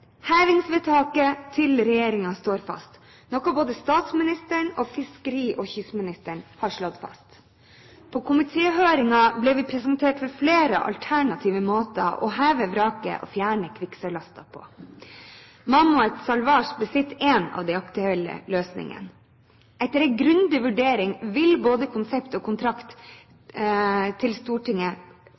Hevingsvedtaket til regjeringen står fast, noe både statsministeren og fiskeri- og kystministeren har slått fast. På komitéhøringen ble vi presentert for flere alternative måter å heve vraket og fjerne kvikksølvlasten på. Mammoet Salvage besitter en av de aktuelle løsningene. Etter en grundig vurdering av både konsept og kontrakt vil Stortinget